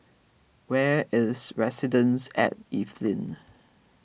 where is Residences at Evelyn